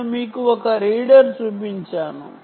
నేను మీకు రీడర్ చూపించాను